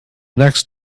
next